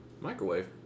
Microwave